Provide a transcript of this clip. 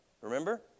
remember